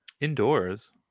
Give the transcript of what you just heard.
Indoors